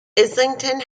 islington